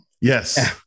Yes